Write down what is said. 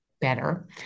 better